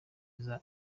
mwiza